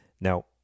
Now